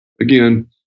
again